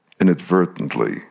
inadvertently